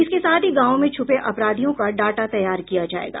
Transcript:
इसके साथ ही गांवों में छुपे अपराधियों का डाटा तैयार किया जायेगा